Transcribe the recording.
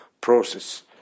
process